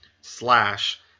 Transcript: slash